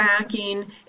tracking